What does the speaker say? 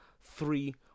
three